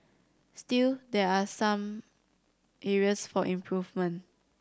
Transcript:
still there are some areas for improvement